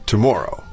Tomorrow